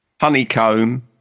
honeycomb